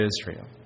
Israel